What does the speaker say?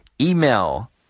Email